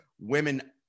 women